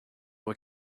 were